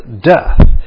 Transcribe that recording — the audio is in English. death